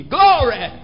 Glory